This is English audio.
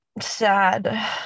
sad